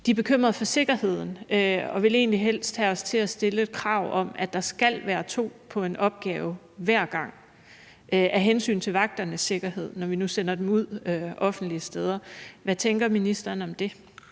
de er bekymrede for sikkerheden og egentlig helst vil have os til at stille et krav om, at der skal være to på en opgave hver gang af hensyn til vagternes sikkerhed, når vi nu sender dem ud offentlige steder. Hvad tænker ministeren om det?